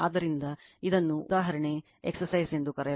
ಆದ್ದರಿಂದ ಇದನ್ನು ಉದಾಹರಣೆ ಎಕ್ಸರ್ಸೈಜ್ ಎಂದು ಕರೆಯಲಾಗುತ್ತದೆ